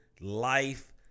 life